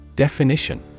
Definition